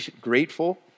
grateful